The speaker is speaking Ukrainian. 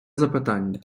запитання